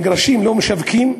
מגרשים לא משווקים,